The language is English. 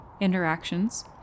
interactions